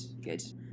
good